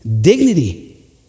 Dignity